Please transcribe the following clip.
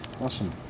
awesome